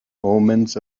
omens